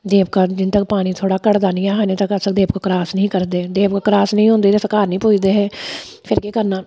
देवका जिन्ने तक्क पानी थोह्ड़ा घटदा नी ऐ हा उन्ने तक्क अहें देवका क्रास नी करदे देवक क्रास नी होंदी ते असें घर नी पुज्जदे हे फिर केह् करना